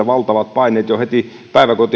valtavat paineet jo heti